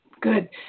Good